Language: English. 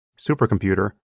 supercomputer